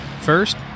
First